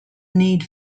need